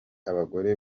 abagore